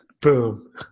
Boom